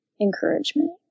encouragement